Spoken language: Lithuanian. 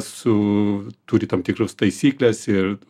su turi tam tikras taisyklės ir